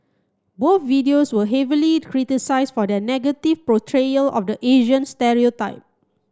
both videos were heavily criticised for their negative portrayal of the Asian stereotype